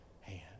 hand